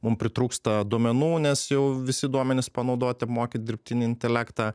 mum pritrūksta duomenų nes jau visi duomenys panaudoti apmokyt dirbtinį intelektą